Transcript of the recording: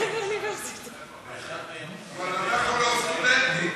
אבל אנחנו לא סטודנטים.